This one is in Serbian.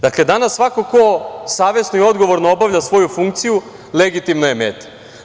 Dakle, danas svako ko savesno i odgovorno obavlja svoju funkciju, legitimna je meta.